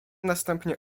następnie